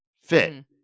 fit